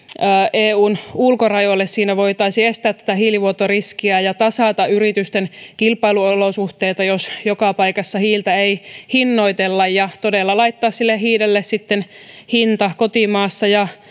eun ulkorajoille siinä voitaisiin estää tätä hiilivuotoriskiä ja tasata yritysten kilpailuolosuhteita jos joka paikassa hiiltä ei hinnoitella ja todella laittaa sille hiilelle sitten hinta kotimaassa ja